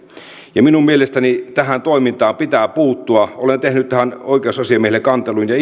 minun mielestäni tähän toimintaan pitää puuttua olen tehnyt tästä oikeusasiamiehelle kantelun ja